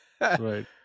Right